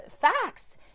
facts